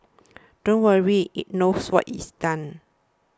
don't worry it knows what it's done